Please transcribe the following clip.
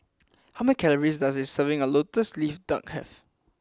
how many calories does a serving of Lotus Leaf Duck have